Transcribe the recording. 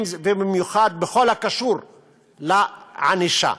ובמיוחד בכל הקשור לענישה.